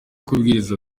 kubwiriza